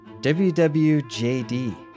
WWJD